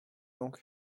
donc